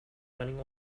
running